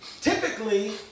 typically